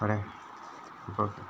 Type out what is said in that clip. പറയാം ഇപ്പോൾ